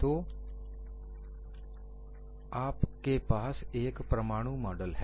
तो आप के पास एक परमाणु मॉडल है